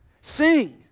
Sing